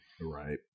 Right